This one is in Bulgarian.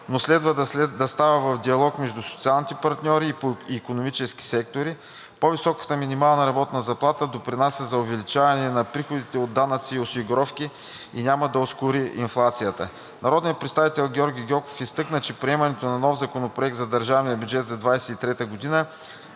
но следва да става в диалог между социалните партньори и по икономически сектори, по-високата минимална заплата допринася за увеличаване и на приходите от данъци и осигуровки и няма да ускори инфлацията. Народният представител Георги Гьоков изтъкна, че приемането на нов закон за държавния бюджет за 2023 г.